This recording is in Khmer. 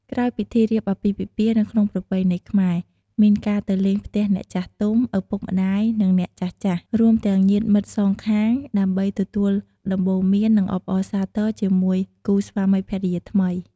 ក្រោយពិធីរៀបអាពាហ៍ពិពាហ៍ នៅក្នុងប្រពៃណីខ្មែរ មានការទៅលេងផ្ទះអ្នកចាស់ទុំ ឪពុកម្តាយ និងអ្នកចាស់ៗ រួមទាំងញាតិមិត្តសងខាង ដើម្បី ទទួលដំបូន្មាន និងអបអរសាទរជាមួយគូស្វាមីភរិយាថ្មី។